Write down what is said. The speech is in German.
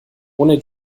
ohne